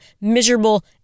miserable